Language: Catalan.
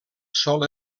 sol